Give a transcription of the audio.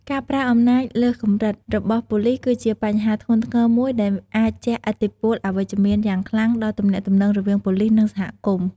ការ ប្រើអំណាចលើសកម្រិត របស់ប៉ូលីសគឺជាបញ្ហាធ្ងន់ធ្ងរមួយដែលអាចជះឥទ្ធិពលអវិជ្ជមានយ៉ាងខ្លាំងដល់ទំនាក់ទំនងរវាងប៉ូលិស និងសហគមន៍។